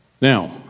Now